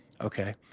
Okay